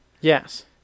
Yes